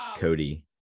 Cody